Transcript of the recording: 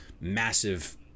massive